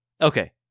okay